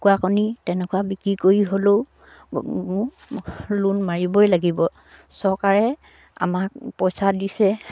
কুকুৰা কণী তেনেকুৱা বিক্ৰী কৰি হ'লেও লোন মাৰিবই লাগিব চৰকাৰে আমাক পইচা দিছে